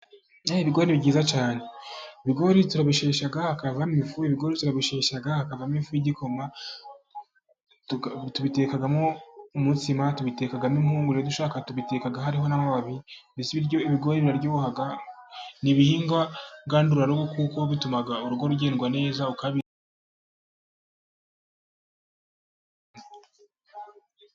Ibihirwa ni byiza cyane, ibigori turabishesha haakavamo igikoma, tubitekagamo umuitsima, tubiteka dushaka tubiteka hariho n'amababibi. Ibigori ni ibihingwa ngandurarugo kuko bituma urugo rugedwa neza ukabi...